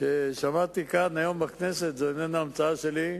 ששמעתי היום בכנסת, זו איננה המצאה שלי,